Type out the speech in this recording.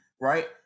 Right